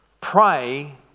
pray